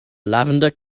lavender